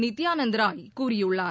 நித்தியானந்த் ராய் கூறியுள்ளார்